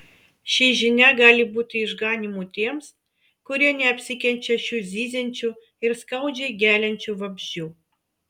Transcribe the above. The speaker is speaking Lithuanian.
ši žinia gali būti išganymu tiems kurie neapsikenčia šių zyziančių ir skaudžiai geliančių vabzdžių